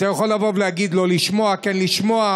אתה יכול לבוא ולהגיד לא לשמוע, כן לשמוע,